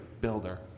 builder